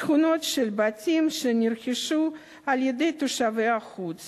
שכונות של בתים שנרכשו על-ידי תושבי חוץ